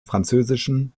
französischen